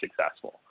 successful